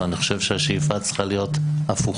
אבל אני חושב שהשאיפה צריכה להיות הפוכה,